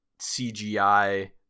CGI